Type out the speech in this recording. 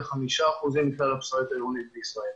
5% מכלל הפסולת העירונית בישראל.